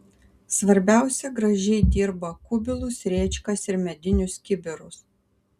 svarbiausia gražiai dirba kubilus rėčkas ir medinius kibirus